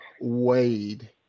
wade